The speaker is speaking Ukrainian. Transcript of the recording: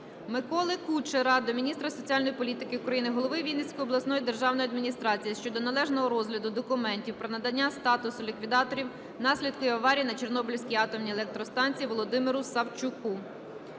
Миколи Кучера до міністра соціальної політики України, голови Вінницької обласної державної адміністрації щодо належного розгляду документів про надання статусу ліквідатора наслідків аварії на Чорнобильській атомній електростанції Володимиру Савчуку.